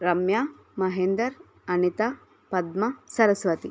Ramya Mahender Anitha Padma Saraswati